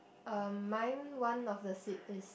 uh mine one of the seat is